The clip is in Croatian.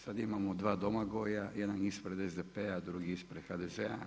Sad imamo dva Domagoja, jedan ispred SDP-a, drugi ispred HDZ-a.